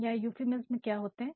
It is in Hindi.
यह यूफिमिज़्म क्या होते हैं